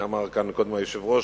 ואמר כאן קודם היושב-ראש,